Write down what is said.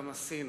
גם עשינו.